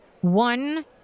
one